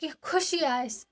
کیٚنہہ خوشی آسہِ